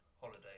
holiday